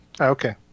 Okay